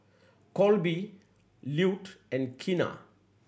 Colby Lute and Keena